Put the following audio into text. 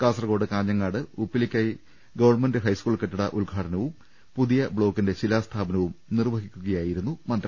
Kasaragod Kanhangad Uppilikkai government high school കെട്ടിട ഉദ്ഘാട നവും പുതിയ ബ്ലോക്കിന്റെ ശിലാസ്ഥാപനവും നിർവ്വ ഹിക്കുകയായിരുന്നു മന്ത്രി